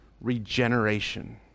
regeneration